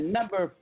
number